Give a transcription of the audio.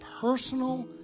personal